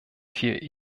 viel